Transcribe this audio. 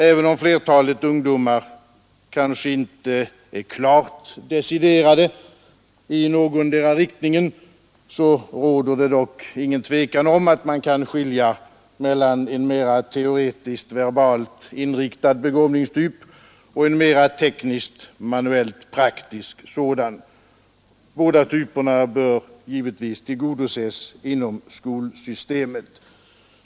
Även om flertalet ungdomar kanske inte är klart deciderade i någondera riktningen, råder dock intet tvivel om att man kan skilja mellan en mera teoretisk verbalt inriktad begåvningstyp och en mera teknisk manuellt praktisk sådan. Båda typerna bör givetvis tillgodoses inom skolsystemet.